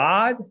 God